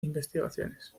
investigaciones